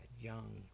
Young